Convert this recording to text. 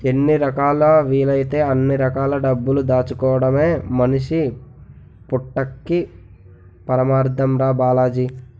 ఎన్ని రకాలా వీలైతే అన్ని రకాల డబ్బులు దాచుకోడమే మనిషి పుట్టక్కి పరమాద్దం రా బాలాజీ